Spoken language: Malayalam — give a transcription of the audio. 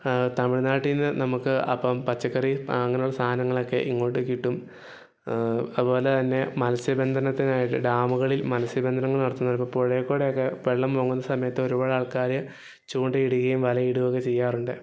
തമിഴ്നാട്ടിൽ നിന്ന് നമുക്ക് അപ്പം പച്ചക്കറി അങ്ങനെ ഉള്ള സാധനങ്ങളൊക്കെ ഇങ്ങോട്ട് കിട്ടും അതുപോലെ തന്നെ മല്സ്യബന്ധനത്തിനായിട്ട് ഡാമുകളില് മല്സ്യബന്ധനങ്ങള് നടത്തുന്നത് ഇപ്പം പുഴയിൽ കൂടെ ഒക്കെ വെള്ളം പൊങ്ങുന്ന സമയത്ത് ഒരുപാട് ആള്ക്കാര് ചൂണ്ടയിടുകയും വലയിടുകയും ഒക്കെ ചെയ്യാറുണ്ട്